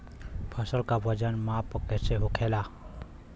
फसल का वजन माप कैसे होखेला?